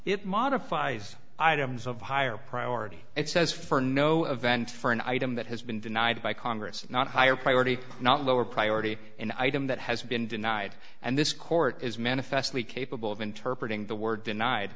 it modifies items of higher priority it says for no event for an item that has been denied by congress not a higher priority not lower priority an item that has been denied and this court is manifestly capable of interpreting the word denied